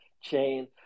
chain